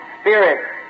spirit